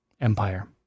empire